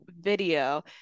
video